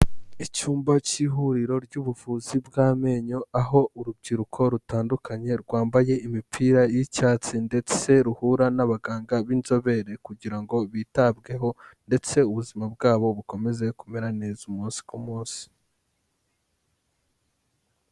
Icyumba cy'ihuriro ry'ubuvuzi bw'amenyo, aho urubyiruko rutandukanye rwambaye imipira y'icyatsi ndetse ruhura n'abaganga b'inzobere kugira ngo bitabweho ndetse ubuzima bwabo bukomeze kumera neza umunsi ku munsi.